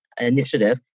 initiative